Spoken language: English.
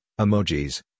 Emojis